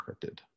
encrypted